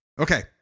Okay